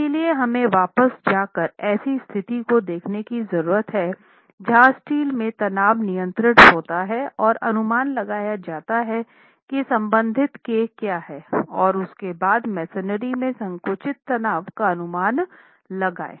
इसलिए हमें वापस जा कर ऐसी स्थिति को देखने की जरूरत है जहां स्टील में तनाव नियंत्रित होता है और अनुमान लगाया जाता है कि संबंधित k क्या हैं और उसके बाद मेसनरी में संकुचित तनाव का अनुमान लगाएँ